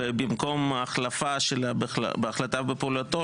ובמקום ההחלפה של "בהחלטה בפעולתו",